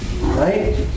Right